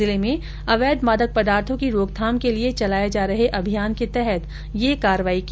जिले में अवैध मादक पदार्थो की रोकथाम के लिये चलाये जा रहे ै अभियान के तहत ये कार्रवाई की गई